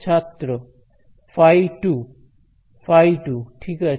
ছাত্র φ2 φ2 ঠিক আছে